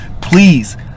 Please